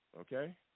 okay